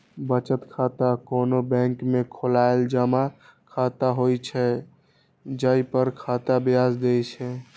बचत खाता कोनो बैंक में खोलाएल जमा खाता होइ छै, जइ पर बैंक ब्याज दै छै